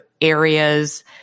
areas